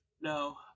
no